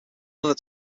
mother